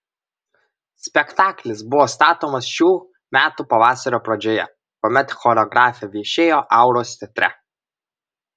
spektaklis buvo statomas šių metų pavasario pradžioje kuomet choreografė viešėjo auros teatre